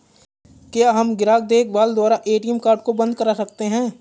क्या हम ग्राहक देखभाल द्वारा ए.टी.एम कार्ड को बंद करा सकते हैं?